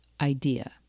idea